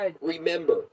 remember